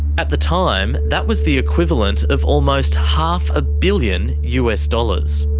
at the time, that was the equivalent of almost half a billion us dollars.